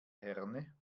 herne